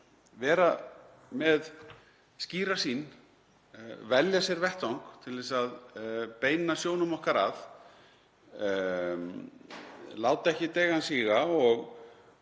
vera með skýra sýn, velja sér vettvang til að beina sjónum okkar að, láta ekki deigan síga og